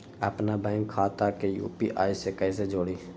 अपना बैंक खाता के यू.पी.आई से कईसे जोड़ी?